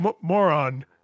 moron